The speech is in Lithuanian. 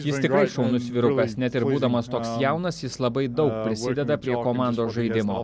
jis tikrai šaunus vyrukas net ir būdamas toks jaunas jis labai daug prisideda prie komandos žaidimo